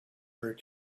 were